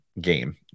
game